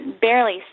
barely